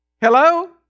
Hello